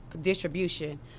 distribution